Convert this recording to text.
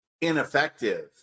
ineffective